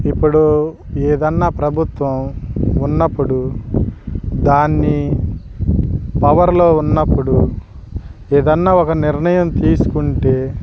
ఇప్పుడు ఏదైనా ప్రభుత్వం ఉన్నప్పుడు దాన్ని పవర్లో ఉన్నప్పుడు ఏదైనా ఒక నిర్ణయం తీసుకుంటే